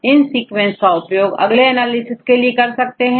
इन sequence का उपयोग अगले एनालिसिस के लिए कर सकते हैं